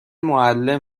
معلم